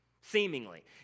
Seemingly